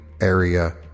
area